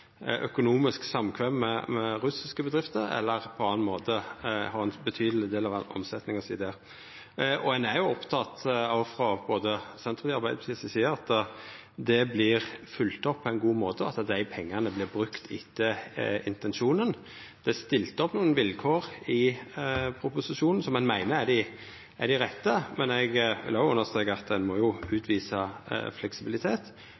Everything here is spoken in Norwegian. økonomisk samkvem med russiske bedrifter, eller at dei på annan måte har ein betydeleg del av omsetninga si der. Frå både Senterpartiets og Arbeidarpartiets side er ein oppteke av at det vert følgt opp på ein god måte, og at dei pengane vert brukte etter intensjonen. I proposisjonen er det stilt opp nokre vilkår som ein meiner er dei rette, men eg vil òg understreka at ein må utvisa fleksibilitet,